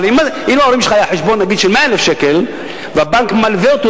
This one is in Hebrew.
אם להורים שלך היה חשבון של 100,000 שקל והבנק מלווה אותו